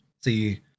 See